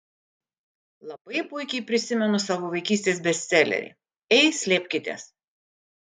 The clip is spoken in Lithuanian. labai puikiai prisimenu savo vaikystės bestselerį ei slėpkitės